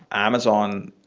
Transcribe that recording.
amazon,